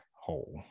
hole